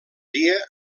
dia